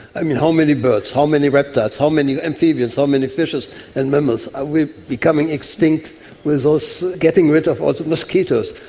how many birds, how many reptiles, how many amphibians, how many fishes and mammals are becoming extinct with ah so getting rid of all mosquitoes?